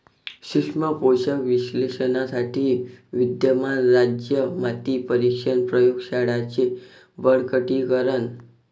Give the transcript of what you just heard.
सूक्ष्म पोषक विश्लेषणासाठी विद्यमान राज्य माती परीक्षण प्रयोग शाळांचे बळकटीकरण